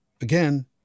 again